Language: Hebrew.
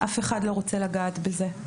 אף אחד לא רוצה לגעת בזה.